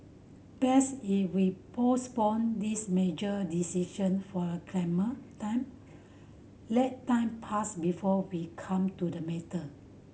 best if we postponed this major decision for a claimer time let time pass before we come to the matter